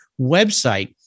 website